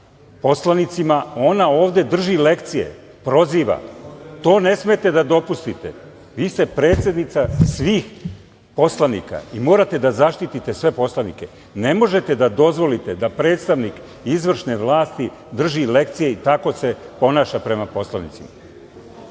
poslanicima, ona ovde drži lekcije, proziva, to ne smete da dopustite. Vi ste predsednica svih poslanika i morate da zaštitite se poslanike. Ne možete da dozvolite da predstavnik izvršne vlasti drži lekcije i tako se ponaša prema poslanicima.